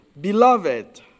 Beloved